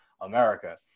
America